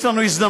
יש לנו הזדמנות,